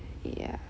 yeah